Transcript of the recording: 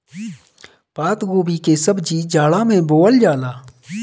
पातगोभी के सब्जी जाड़ा में बोअल जाला